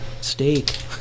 steak